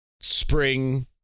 spring